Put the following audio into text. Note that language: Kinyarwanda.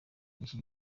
iki